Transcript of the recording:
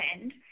end